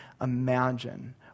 imagine